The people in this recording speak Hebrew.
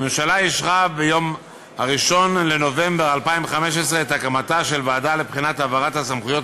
הממשלה אישרה ביום 1 בנובמבר 2015 את הקמתה של ועדה לבחינת העברת הסמכויות